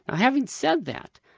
having said that,